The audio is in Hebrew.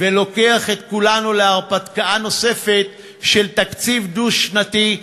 ולוקח את כולנו להרפתקה נוספת של תקציב דו-שנתי,